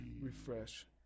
refresh